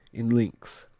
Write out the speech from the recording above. in links.